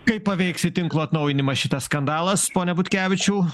kaip paveiks tinklo atnaujinimą šitas skandalas pone butkevičiau